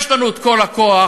יש לנו כל הכוח,